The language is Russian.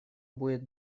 будет